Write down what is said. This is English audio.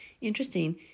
Interesting